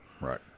Right